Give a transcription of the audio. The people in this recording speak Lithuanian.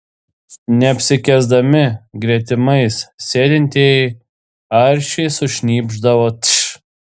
neapsikęsdami gretimais sėdintieji aršiai sušnypšdavo tš